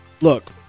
look